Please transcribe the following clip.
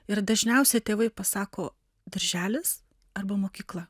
ir dažniausiai tėvai pasako darželis arba mokykla